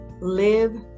live